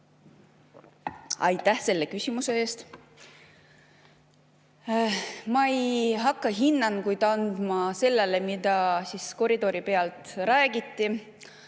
Aitäh selle küsimuse eest! Ma ei hakka hinnanguid andma sellele, mida koridori peal räägiti.